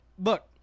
look